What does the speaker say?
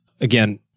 again